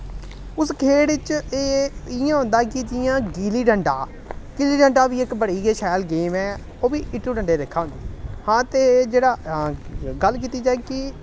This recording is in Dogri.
उस खेढ च एह् इ'यां होंदा कि जि'यां गिल्ली डंडा गिल्ली डंडा बी इक बड़ी गै शैल गेम ऐ ओह् बी इट्टू डंडे लेखा होंदी हां ते जेह्ड़ा गल्ल कीती जाए ते